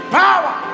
power